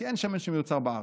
כי אין שמן שמיוצר בארץ.